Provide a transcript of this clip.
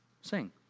Sing